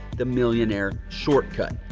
the millionaire shortcut,